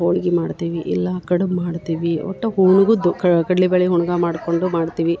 ಹೋಳ್ಗಿ ಮಾಡ್ತೀವಿ ಇಲ್ಲಾ ಕಡುಬು ಮಾಡ್ತೀವಿ ಒಟ್ಟ ಹೂಣ್ಗುದ್ದು ಕಡಲಿ ಬ್ಯಾಳೆ ಹೂಣ್ಗ ಮಾಡ್ಕೊಂಡು ಮಾಡ್ತೀವಿ